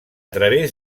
través